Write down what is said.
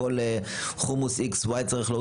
לשקול את המועדים ולשקול לאיזה תקופה זה צריך להיות.